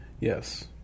Yes